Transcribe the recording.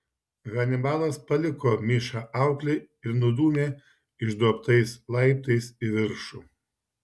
hanibalas paliko mišą auklei ir nudūmė išduobtais laiptais į viršų